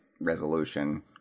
resolution